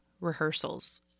rehearsals